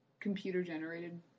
computer-generated